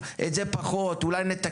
את זה אנחנו עושים טוב, את זה פחות, אולי נתקן.